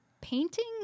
painting